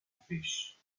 fish